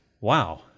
Wow